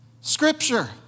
scripture